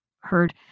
heard